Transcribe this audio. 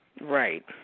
Right